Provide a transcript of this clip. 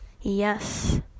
Yes